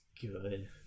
good